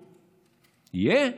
יהיה?